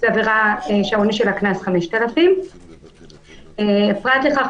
זה דבר שהעונש עליה: קנס 5,000. פרט לכך,